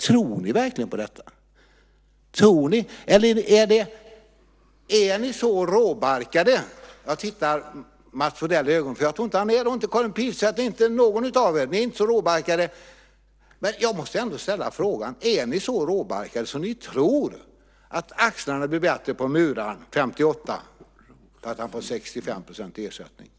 Tror ni verkligen på detta, eller är ni så råbarkade? Jag tittar Mats Odell rakt in i ögonen. Jag tror inte att han är det och inte heller Karin Pilsäter - inte någon av er är det. Så råbarkade är vi inte. Men jag måste ändå fråga: Är ni så råbarkade att ni tror att axlarna på muraren, 58 år, blir bättre därför att han får 65 % ersättning?